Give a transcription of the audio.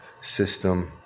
system